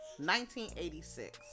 1986